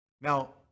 Now